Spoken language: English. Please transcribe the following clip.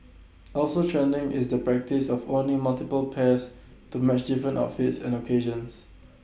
also trending is the practice of owning multiple pairs to match different outfits and occasions